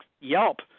Yelp